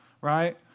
Right